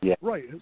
right